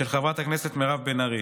של חברת הכנסת מרב בן ארי.